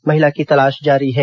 महिला की तलाश जारी है